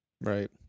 Right